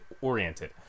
oriented